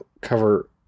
cover